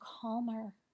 calmer